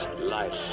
life